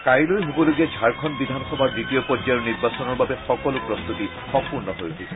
কাইলৈ হবলগীয়া ঝাৰখণু বিধানসভাৰ দ্বিতীয় পৰ্যায়ৰ নিৰ্বাচনৰ বাবে সকলো প্ৰস্ত্বতি সম্পূৰ্ণ হৈ উঠিছে